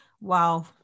wow